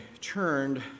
turned